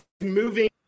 moving